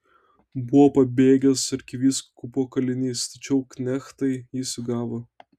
buvo pabėgęs arkivyskupo kalinys tačiau knechtai jį sugavo